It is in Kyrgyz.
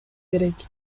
керек